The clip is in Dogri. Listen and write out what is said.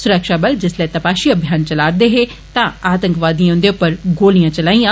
सुरक्षाबल जिस्सले तपाशी अभियान चला रदे हे तां आतंकवादिएं उन्दे उप्पर गोलियां चलाइयां